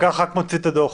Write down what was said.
הפקח רק מוציא את הדוח.